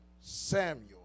Samuel